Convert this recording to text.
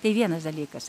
tai vienas dalykas